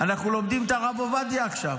אנחנו לומדים את הרב עובדיה עכשיו.